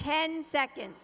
ten seconds